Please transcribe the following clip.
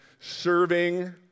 serving